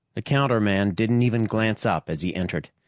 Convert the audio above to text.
the counterman didn't even glance up as he entered.